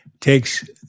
takes